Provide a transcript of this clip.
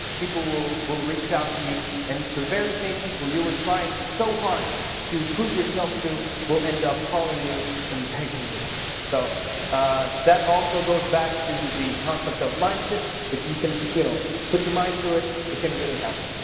people will reach out to you, and the very same people you were trying so hard to prove yourself to, will end up calling you and begging you to come. so that also goes back to the concept of mind shift, if you can you know put your mind to it, it can really happen.